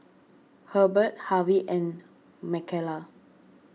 Herbert Harvy and Marcela